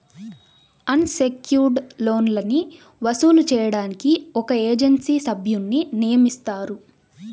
అన్ secured లోన్లని వసూలు చేయడానికి ఒక ఏజెన్సీ సభ్యున్ని నియమిస్తారు